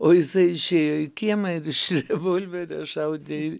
o jisai išėjo į kiemą ir iš revolverio šaudė